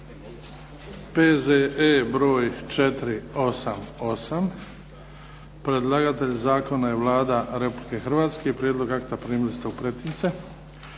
P.Z.E. broj 488 Predlagatelj zakona je Vlada Republike Hrvatske. Prijedlog akta primili ste u pretince.